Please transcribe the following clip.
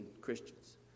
Christians